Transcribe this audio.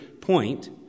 point